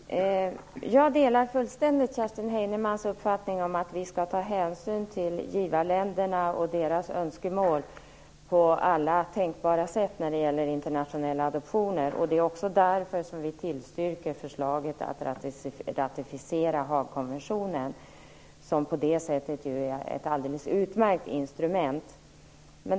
Fru talman! Jag delar fullständigt Kerstin Heinemanns uppfattning att vi skall ta hänsyn till givarländerna och deras önskemål på alla tänkbara sätt när det gäller internationella adoptioner. Det är också därför som vi tillstyrker förslaget att ratificera Haagkonventionen, som på det sättet är ett utmärkt instrument.